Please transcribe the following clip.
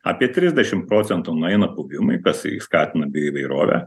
apie trisdešimt procentų nueina puvimui kas skatina įvairovę